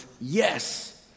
yes